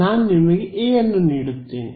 ನಾನು ನಿಮಗೆ A ಅನ್ನು ನೀಡುತ್ತೇನೆ